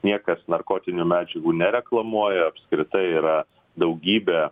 niekas narkotinių medžiagų nereklamuoja apskritai yra daugybė